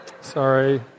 Sorry